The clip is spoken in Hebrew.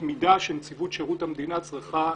מידה שנציבות שירות המדינה צריכה לקבוע.